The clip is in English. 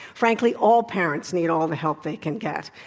frankly, all parents need all the help they can get.